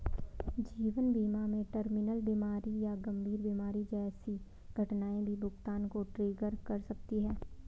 जीवन बीमा में टर्मिनल बीमारी या गंभीर बीमारी जैसी घटनाएं भी भुगतान को ट्रिगर कर सकती हैं